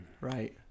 right